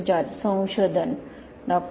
George संशोधन हसतात डॉ